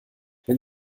wenn